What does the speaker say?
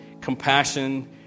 compassion